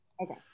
Okay